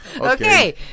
Okay